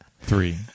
three